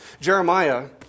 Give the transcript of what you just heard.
Jeremiah